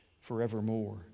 forevermore